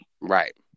Right